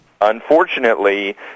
Unfortunately